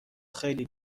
خیلی